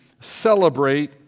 celebrate